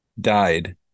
died